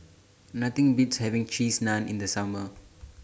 Nothing Beats having Cheese Naan in The Summer